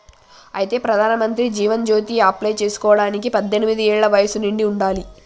అయితే ప్రధానమంత్రి జీవన్ జ్యోతి అప్లై చేసుకోవడానికి పద్దెనిమిది ఏళ్ల వయసు నిండి ఉండాలి